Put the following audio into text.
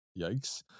Yikes